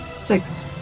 six